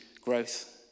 growth